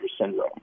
syndrome